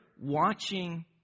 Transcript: watching